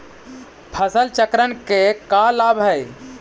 फसल चक्रण के का लाभ हई?